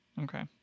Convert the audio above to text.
okay